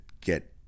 get